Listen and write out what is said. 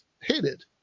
hated